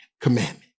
commandment